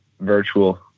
virtual